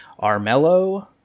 Armello